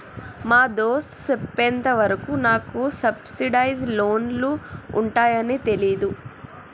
మా దోస్త్ సెప్పెంత వరకు నాకు సబ్సిడైజ్ లోన్లు ఉంటాయాన్ని తెలీదు